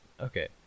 okay